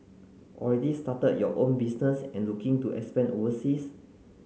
already started your own business and looking to expand overseas